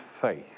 faith